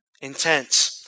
intense